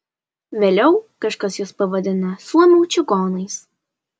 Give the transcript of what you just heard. vėliau kažkas juos pavadina suomių čigonais